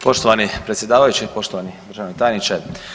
Poštovani predsjedavajući, poštovani državni tajniče.